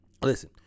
listen